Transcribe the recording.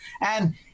And-